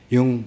Yung